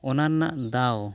ᱚᱱᱟ ᱨᱮᱱᱟᱜ ᱫᱟᱣ